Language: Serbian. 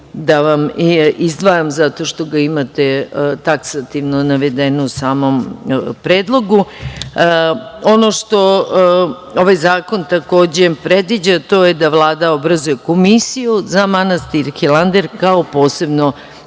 da vam izdvajam zato što imate taksativno navedeno u samom Predlogu. Ono što ovaj zakon takođe predviđa, a to je da Vlada obrazuje Komisiju za manastir Hilandar, kao posebno